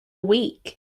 week